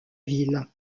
ville